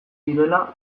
direla